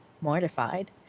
mortified